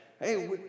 hey